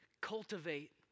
cultivate